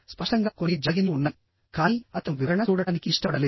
స్పష్టంగా కొన్ని జాగిన్లు ఉన్నాయికానీ అతను వివరణ చూడటానికి ఇష్టపడలేదు